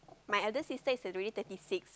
my elder sister is already thirty six